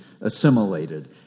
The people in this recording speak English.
assimilated